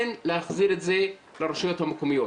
כן להחזיר את זה לרשויות המקומיות.